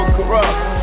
Corrupt